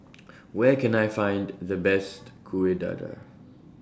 Where Can I Find The Best Kuih Dadar